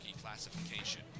classification